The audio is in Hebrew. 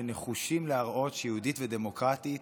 שנחושים להראות שיהודית ודמוקרטית